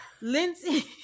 Lindsay